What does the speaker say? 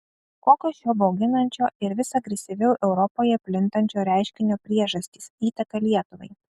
kokios šio bauginančio ir vis agresyviau europoje plintančio reiškinio priežastys įtaka lietuvai